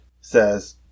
says